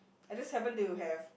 I just happen to have